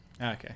Okay